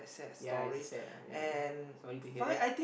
ya it's a sad uh yeah sorry to hear that